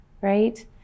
right